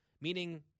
meaning